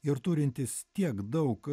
ir turintys tiek daug